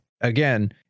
again